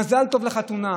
מזל טוב לחתונה,